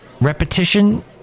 Repetition